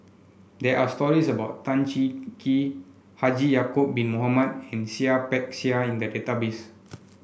there are stories about Tan Cheng Kee Haji Ya'acob Bin Mohamed and Seah Peck Seah in the database